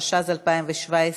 התשע"ז 2017,